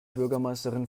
bürgermeisterin